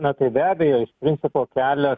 na tai be abejo iš principo kelią